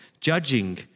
judging